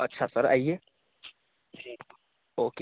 अच्छा सर आइए ओके